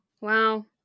Wow